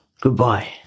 Goodbye